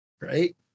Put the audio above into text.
Right